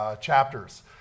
chapters